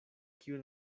kiun